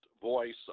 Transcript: voice